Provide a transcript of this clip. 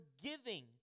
forgiving